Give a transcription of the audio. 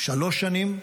73 שנים,